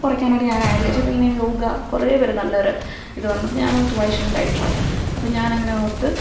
കുറയ്ക്കാനായിട്ടു ഞാനാഗ്രഹിച്ചു അപ്പോഴിങ്ങനെ യോഗ കുറേ പേര് നല്ലൊരു ഇത് വന്നപ്പോള് ഞാനോർത്തു വൈ ഷുഡ്ന്റൈ ട്രൈ അപ്പോള് ഞാനങ്ങനെ ഓർത്ത്